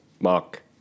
Mark